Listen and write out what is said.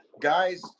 guys